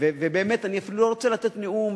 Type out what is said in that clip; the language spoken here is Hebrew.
ואני אפילו לא רוצה לתת נאום,